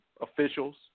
Officials